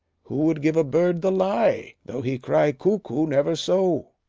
who would give a bird the lie, though he cry cuckoo never so?